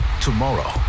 Tomorrow